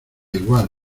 igual